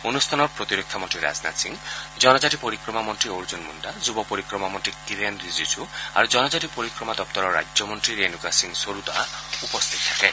অনুষ্ঠানত প্ৰতিৰক্ষা মন্নী ৰাজনাথ সিং জনজাতি পৰিক্ৰমা মন্নী অৰ্জন মুণা যুব পৰিক্ৰমা মন্নী কিৰেণ ৰিজিজু আৰু জনজাতি পৰিক্ৰমা দপ্তৰৰ ৰাজ্যমন্ত্ৰী ৰেণুকা সিং চৰুতা উপস্থিত থাকে